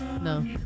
No